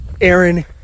Aaron